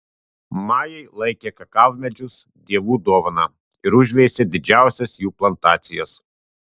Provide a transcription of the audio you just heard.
majai laikė kakavmedžius dievų dovana ir užveisė didžiausias jų plantacijas